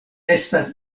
estas